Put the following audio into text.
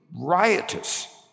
riotous